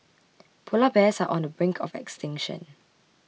Polar Bears are on the brink of extinction